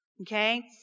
Okay